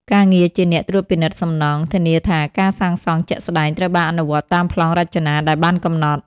ការងារជាអ្នកត្រួតពិនិត្យសំណង់ ធានាថាការសាងសង់ជាក់ស្តែងត្រូវបានអនុវត្តតាមប្លង់រចនាដែលបានកំណត់។